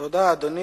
תודה, אדוני.